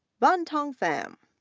van thong pham,